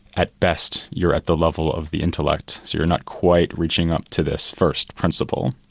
at best you're at the level of the intellect, so you're not quite reaching up to this first principle.